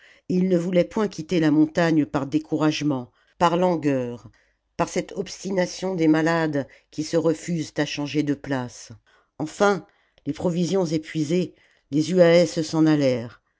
ils ne voulaient point quitter la montagne par découragement par langueur par cette obstination des malades qui se refusent à changer de place enfin les provisions épuisées les zuaèces s'en